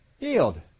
Yield